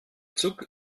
zug